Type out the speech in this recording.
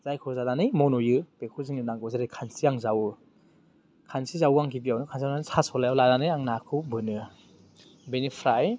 जायखौ जानानै मन'यो बेखौ जोंनो नांगौ जेरै खानस्रि आं जावो खानस्रि जावो आं गिबियावनो खानस्रि जावनानै थास' लाइआव लानानै आं नाखौ बोनो बेनिफ्राय